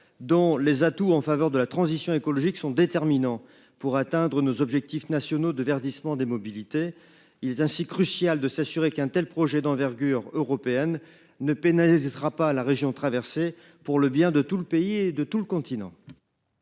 dont les atouts en faveur de la transition écologique sont déterminants pour atteindre nos objectifs nationaux de verdissement des mobilités. Il est ainsi crucial de s'assurer qu'un tel projet d'envergure européenne ne pénalise il sera pas la région traversée pour le bien de tout le pays et de tout le continent.